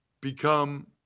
become